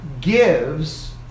gives